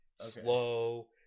slow